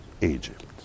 Egypt